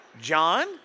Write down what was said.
John